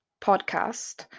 podcast